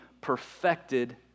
perfected